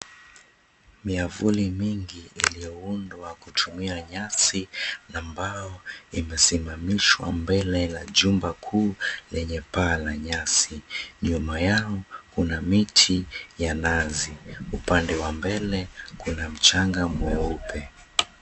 Miavuli mingi iliyoundwa kutumia nyasi na mbao imesimamishwa mbele la jumba kuu lenye paa la nyasi. Nyuma yao kuna miti ya nazi. Upande wa mbele kuna mchanga mweupe.